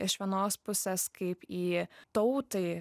iš vienos pusės kaip į tautai